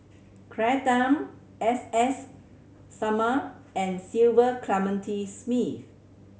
Claire Tham S S Sarma and Cecil Clementi Smith